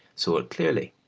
saw it clearly,